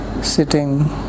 sitting